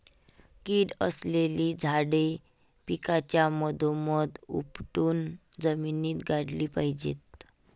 कीड असलेली झाडे पिकाच्या मधोमध उपटून जमिनीत गाडली पाहिजेत